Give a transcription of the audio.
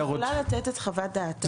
היא יכולה לתת את חוות דעתה.